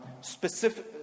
specific